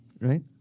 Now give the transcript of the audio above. right